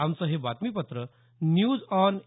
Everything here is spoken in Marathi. आमचं हे बातमीपत्र न्यूज ऑन ए